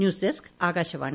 news desk Akashvani